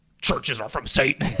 churches are from satan.